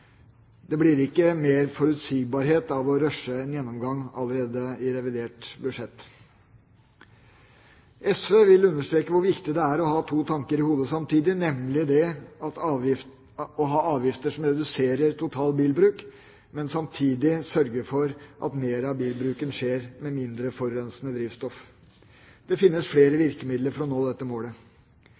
Det blir ikke mer forutsigbarhet av å rushe en gjennomgang allerede i revidert budsjett. SV vil understreke hvor viktig det er å ha to tanker i hodet samtidig, nemlig å ha avgifter som reduserer den totale bilbruk, men samtidig sørge for at mer av bilbruken skjer med mindre forurensende drivstoff. Det finnes flere virkemidler for å nå dette målet.